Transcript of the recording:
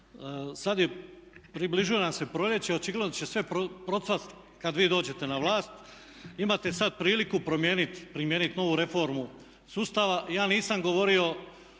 sad približuje nam se proljeće očigledno će sve procvast kad vi dođete na vlast. Imate sad priliku primijeniti novu reformu sustava. Ja nisam govorio